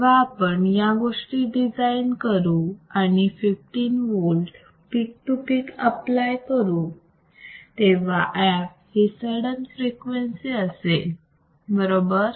जेव्हा आपण या गोष्टी डिझाईन करू आणि fifteen volt peak to peak apply करू तेव्हा f ही सडन फ्रिक्वेन्सी असेल बरोबर